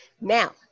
Now